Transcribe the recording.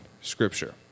scripture